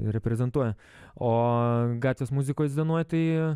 reprezentuoja o gatvės muzikos dienoj tai